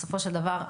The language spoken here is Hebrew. בסופו של דבר,